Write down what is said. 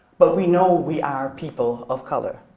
but we know we are people of color.